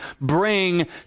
bring